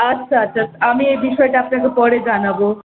আচ্ছা আচ্ছা আমি এই বিষয়টা আপনাকে পরে জানাবো